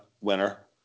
winner